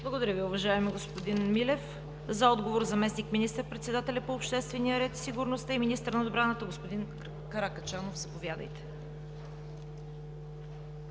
Благодаря Ви, уважаеми господин Милев. За отговор – заместник министър-председателят по обществения ред, сигурността и министър на отбраната. Господин Каракачанов, заповядайте.